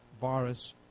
virus